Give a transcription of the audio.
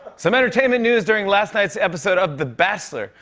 some entertainment news during last night's episode of the bachelor,